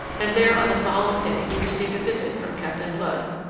and there on the following day he received a visit from captain blood,